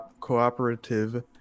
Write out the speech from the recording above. cooperative